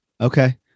Okay